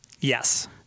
Yes